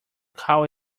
call